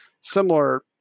similar